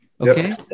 Okay